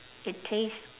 it tastes